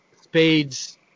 Spade's